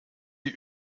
die